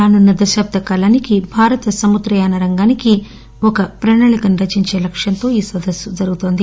రానున్న దశాబ్ద కాలానికి భారత సముద్రయాన రంగానికి ఒక ప్రణాళికను రచించే లక్ష్యంతో ఈ సదస్సు జరుగుతోంది